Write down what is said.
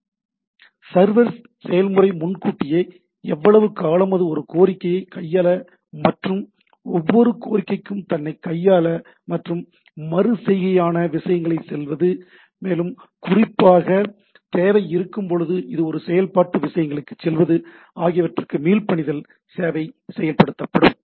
எனவே சர்வர் செயல்முறை முன்கூட்டியே எவ்வளவு காலம் அது ஒவ்வொரு கோரிக்கையை கையாள மற்றும் ஒவ்வொரு கோரிக்கைக்கும் தன்னை கையாள மற்றும் மறுசெய்கையான விஷயங்களை செல்வது மேலும் குறிப்பாக தேவை இருக்கும்போது இது ஒரு செயல்பாட்டு விஷயங்களுக்கு செல்வது ஆகியவற்றுக்கு மீள்பணித்தல் சேவை பயன்படுத்தப்படும்